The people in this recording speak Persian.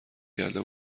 کرده